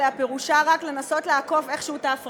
זה שהתחרות שדיברת עליה פירושה רק לנסות לעקוף איכשהו את ההפרטה,